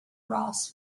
ross